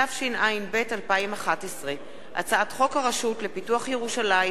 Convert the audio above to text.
התשע”ב 2011, הצעת חוק הרשות לפיתוח ירושלים